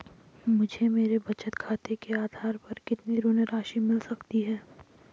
मुझे मेरे बचत खाते के आधार पर कितनी ऋण राशि मिल सकती है?